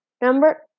number